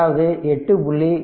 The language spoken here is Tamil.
அதாவது 8